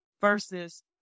versus